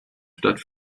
stadt